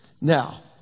Now